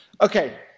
Okay